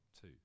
two